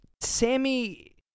Sammy